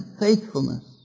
faithfulness